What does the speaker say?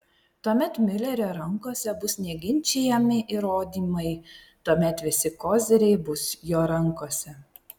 tuomet miulerio rankose bus neginčijami įrodymai tuomet visi koziriai bus jo rankose